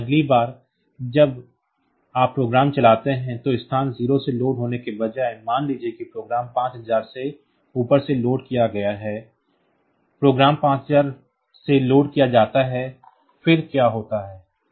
लेकिन अगली बार जब आप प्रोग्राम चलाते हैं तो स्थान 0 से लोड होने के बजाय मान लीजिए कि प्रोग्राम 5000 से ऊपर की ओर से लोड किया गया है प्रोग्राम 5000 जगह से लोड किया जाता है फिर क्या होता है